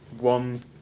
one